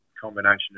combination